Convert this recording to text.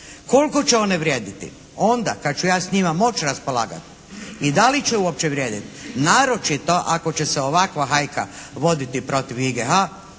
Koliko će one vrijediti onda kada ću ja s njima moći raspolagati i da li će uopće vrijediti naročito ako će se ovakva hajka voditi protiv IGH,